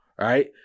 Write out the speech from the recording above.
right